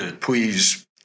please